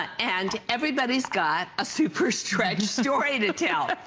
and everybody has got a superstretch story to tell.